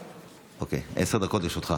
אוקיי, עשר דקות לרשותך.